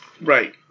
Right